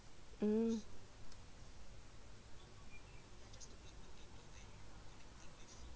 mm